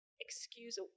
excuse